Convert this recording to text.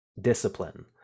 discipline